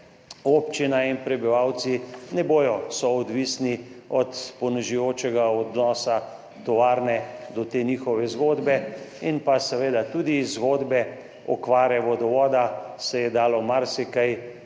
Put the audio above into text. občina in prebivalci ne bodo soodvisni od ponižujočega odnosa tovarne do te njihove zgodbe, in seveda, tudi iz zgodbe okvare vodovoda se je dalo marsikaj